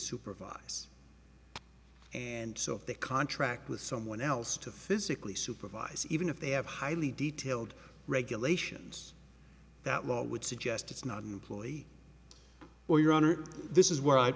supervise and so they contract with someone else to physically supervise even if they have highly detailed regulations that law would suggest it's not an employee or your honor this is where i